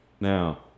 now